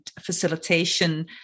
facilitation